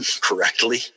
correctly